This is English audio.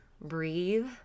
breathe